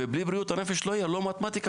ובלי בריאות הנפש לא יהיה לא מתמטיקה,